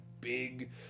big